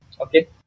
Okay